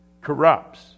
corrupts